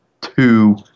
two